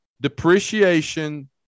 depreciation